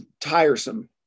tiresome